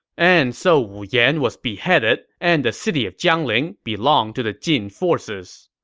and so wu yan was beheaded, and the city of jiangling belonged to the jin forces